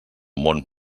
món